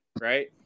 right